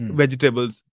vegetables